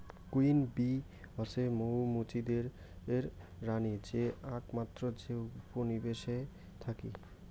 queen bee হসে মৌ মুচিদের রানী যে আকমাত্র যে উপনিবেশে থাকি